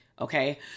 okay